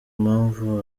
mpamvu